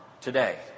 today